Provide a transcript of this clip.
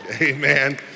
Amen